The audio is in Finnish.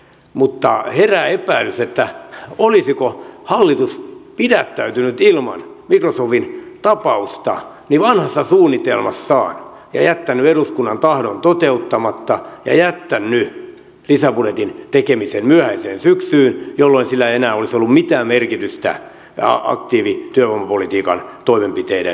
mutta herää epäilys olisiko hallitus pitäytynyt ilman microsoftin tapausta vanhassa suunnitelmassaan ja jättänyt eduskunnan tahdon toteuttamatta ja jättänyt lisäbudjetin tekemisen myöhäiseen syksyyn jolloin sillä ei enää olisi ollut mitään merkitystä aktiivityövoimapolitiikan toimenpiteiden kannalta